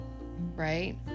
right